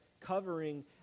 covering